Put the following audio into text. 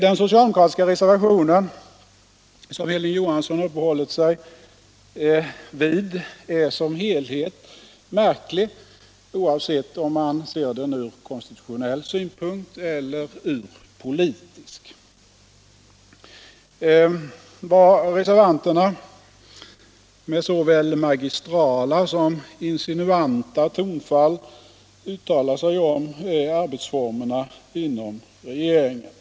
Den socialdemokratiska reservationen, som Hilding Johansson uppehållit sig vid, är som helhet märklig, oavsett om man ser den från konstitutionell synpunkt eller från politisk. Vad reservanterna med såväl magistrala som insinuanta tonfall uttalar sig om är arbetsformerna inom regeringen.